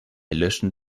löschen